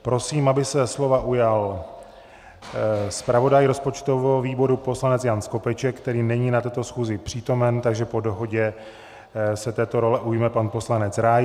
Prosím, aby se slova ujal zpravodaj rozpočtového výboru poslanec Jan Skopeček který není na této schůzi přítomen, takže po dohodě se této role ujme pan poslanec Rais.